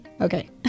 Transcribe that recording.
Okay